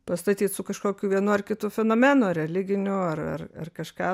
pastatyt su kažkokiu vienu ar kitu fenomenu religiniu ar ar ar kažką